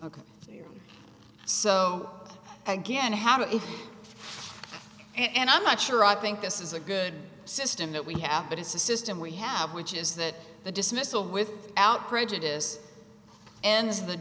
of so again i have it and i'm not sure i think this is a good system that we have but it's a system we have which is that the dismissal without prejudice and